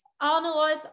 analyze